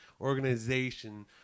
organization